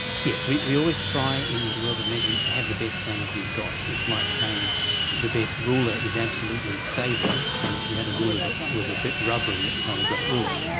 yes, we we always try in the world of measurement to have the best standards we've got. it's like saying the best ruler is absolutely stable, and if you had a ruler that was a bit rubbery it's not a great ruler.